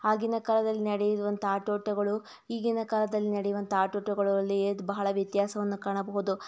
ಆಗಿನ ಕಾಲದಲ್ಲಿ ನಡೆಯುವಂಥ ಆಟೋಟಗಳು ಈಗಿನ ಕಾಲದಲ್ಲಿ ನಡೆಯುವಂಥ ಆಟೋಟಗಳಲ್ಲಿ ಇದು ಬಹಳ ವ್ಯತ್ಯಾಸವನ್ನು ಕಾಣಬಹುದು